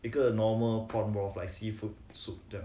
because the normal pork broth like seafood soup 这样